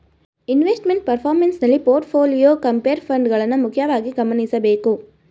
investment performance ನಲ್ಲಿ portfolio, compare funds ಗಳನ್ನ ಮುಖ್ಯವಾಗಿ ಗಮನಿಸಬೇಕು